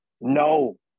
No